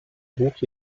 buch